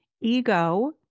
ego